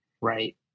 right